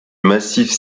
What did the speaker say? massif